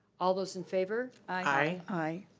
all those in favor? aye.